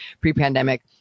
pre-pandemic